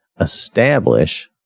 establish